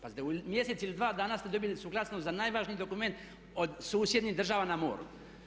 Pazite u mjesec ili dva dana ste dobili suglasnost za najvažniji dokument od susjednih država na moru.